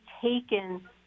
taken